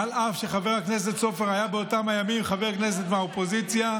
אף שחבר הכנסת סופר היה באותם ימים חבר כנסת מהאופוזיציה,